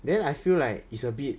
then I feel like it's a bit